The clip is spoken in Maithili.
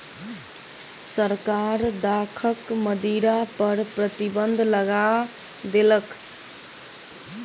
सरकार दाखक मदिरा पर प्रतिबन्ध लगा देलक